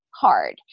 hard